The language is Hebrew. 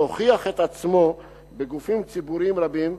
שהוכיח את עצמו בגופים ציבוריים רבים,